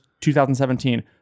2017